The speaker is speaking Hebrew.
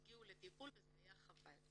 לא הגיעו לטיפול וזה היה חבל.